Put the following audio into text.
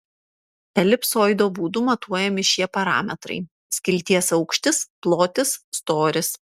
elipsoido būdu matuojami šie parametrai skilties aukštis plotis storis